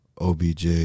OBJ